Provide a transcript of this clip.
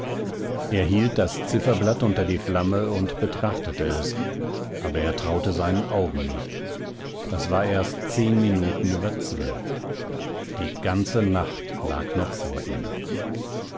hielt das zifferblatt unter die flamme und betrachtete es aber er traute seinen augen nicht es war erst zehn minuten über zwölf die ganze nacht lag noch vor ihm